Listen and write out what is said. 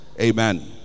Amen